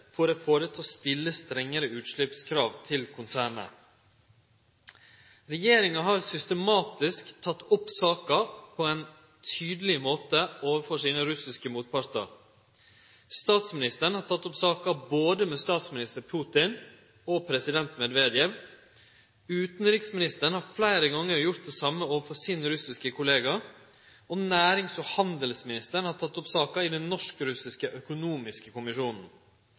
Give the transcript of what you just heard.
til å stille strengare utsleppskrav til konsernet. Regjeringa har systematisk teke opp saka på ein tydeleg måte overfor sine russiske motpartar. Statsministeren har teke opp saka både med statsminister Putin og med president Medvedev. Utanriksministeren har fleire gonger gjort det same overfor sin russiske kollega, og nærings- og handelsministeren har teke opp saka i den norsk-russiske økonomiske kommisjonen.